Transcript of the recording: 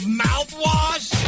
mouthwash